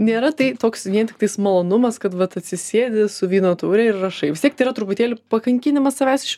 nėra tai toks vien tiktais malonumas kad vat atsisėdi su vyno taure ir rašai vis tiek tai yra truputėlį pakankinimas savęs iš